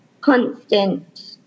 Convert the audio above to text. constant